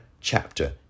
chapter